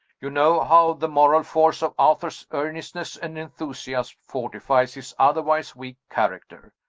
you know how the moral force of arthur's earnestness and enthusiasm fortifies his otherwise weak character.